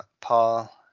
Paul